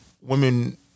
women